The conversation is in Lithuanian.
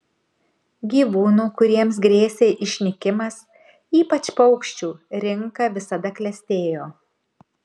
gyvūnų kuriems grėsė išnykimas ypač paukščių rinka visada klestėjo